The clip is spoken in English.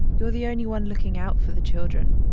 you're the only one looking out for the children